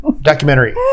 documentary